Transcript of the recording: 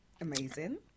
amazing